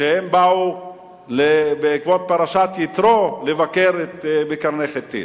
כשהם באו בעקבות פרשת יתרו לבקר בקרני-חיטין.